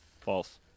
False